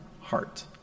heart